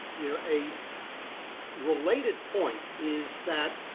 you know, a related point is that